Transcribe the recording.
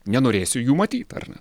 nenorėsiu jų matyt ar ne